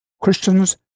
Christians